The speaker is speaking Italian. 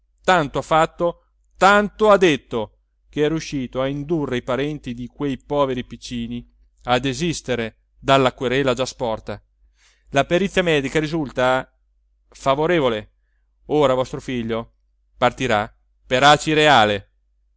tanto ha fatto tanto ha detto che è riuscito a indurre i parenti di quei poveri piccini a desistere dalla querela già sporta la perizia medica risulta favorevole ora vostro figlio partirà per acireale